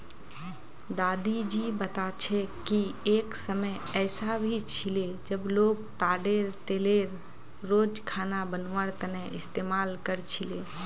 दादी जी बता छे कि एक समय ऐसा भी छिले जब लोग ताडेर तेलेर रोज खाना बनवार तने इस्तमाल कर छीले